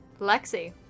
Lexi